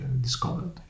discovered